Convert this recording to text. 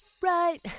Right